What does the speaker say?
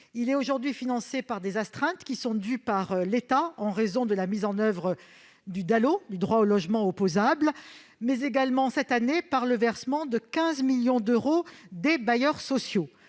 Il est aujourd'hui financé par des astreintes dues par l'État au titre de la mise en oeuvre du DALO, le droit au logement opposable, mais également, cette année, par un versement de 15 millions d'euros des bailleurs sociaux.